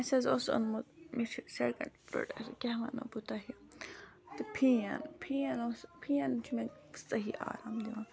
اَسہِ حظ اوس اوٛنمُت پروڈکٹہٕ کیاہ وَنو بہٕ تۄہہِ تہٕ پِھین پِھین اوس پِھین چھُ مےٚ صحیح آرام دِوان